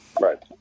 Right